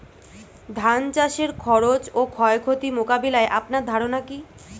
ধান চাষের খরচ ও ক্ষয়ক্ষতি মোকাবিলায় আপনার ধারণা কী?